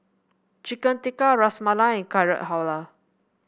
Chicken Tikka Ras Malai Carrot Halwa